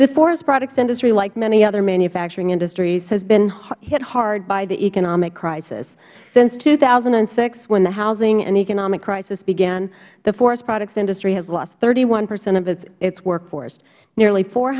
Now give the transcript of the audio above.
the forestproducts industry like many other manufacturing industries has been hit hard by the economic crisis since two thousand and six when the housing and economic crisis began the forestproducts industry has lost thirty one percent of its workforce nearly four